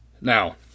Now